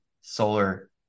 solar